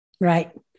Right